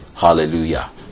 Hallelujah